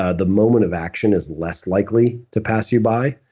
ah the moment of action is less likely to pass you by.